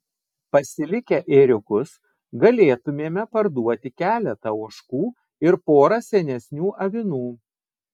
pasilikę ėriukus galėtumėme parduoti keletą ožkų ir porą senesnių avinų